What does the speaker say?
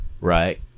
right